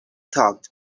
though